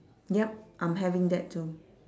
yup I'm having that too